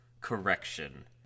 correction